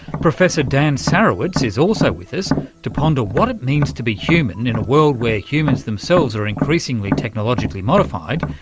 professor dan sarewitz is also with us to ponder what it means to be human in a world where humans themselves are increasingly technologically modified.